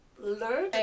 Learn